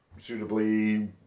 suitably